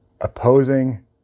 opposing